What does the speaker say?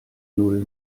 null